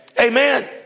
Amen